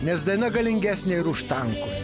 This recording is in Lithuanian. nes daina galingesnė ir už tankus